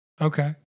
Okay